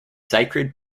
sacred